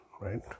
right